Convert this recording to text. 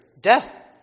Death